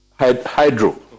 hydro